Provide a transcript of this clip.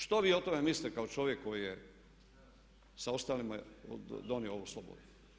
Što vi o tome mislite kao čovjek koji je sa ostalima donio ovu slobodu?